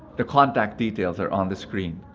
the contact details are on the screen.